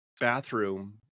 bathroom